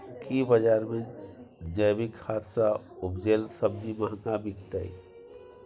की बजार मे जैविक खाद सॅ उपजेल सब्जी महंगा बिकतै?